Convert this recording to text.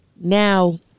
now